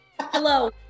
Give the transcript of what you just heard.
hello